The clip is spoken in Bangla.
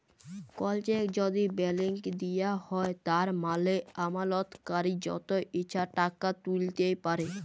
কল চ্যাক যদি ব্যালেঙ্ক দিঁয়া হ্যয় তার মালে আমালতকারি যত ইছা টাকা তুইলতে পারে